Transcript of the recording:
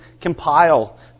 compile